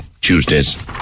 Tuesdays